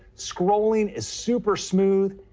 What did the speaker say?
scrolling is super smooth.